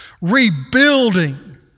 rebuilding